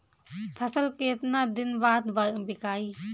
फसल केतना दिन बाद विकाई?